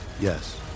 Yes